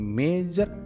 major